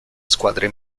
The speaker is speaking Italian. squadre